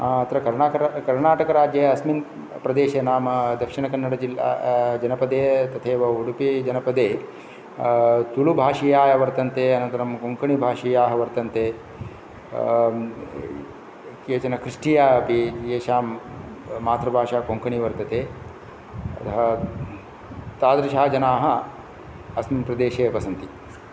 अत्र कर्णाटकराज्ये अस्मिन् प्रदेशे नाम दक्षिणकन्नड जिल्ल जनपदे तथैव उडुपिजनपदे तुलुभाषीया वर्तन्ते अनन्तरं कोङ्कणिभाषीया वर्तन्ते केचन क्रिश्चीया अपि येषां मातृभाषा कोङ्कणी वर्तते अतः तादृशाः जानाः अस्मिन् प्रदेशे वसन्ति